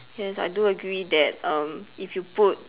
yes I do agree that um if you put